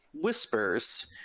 whispers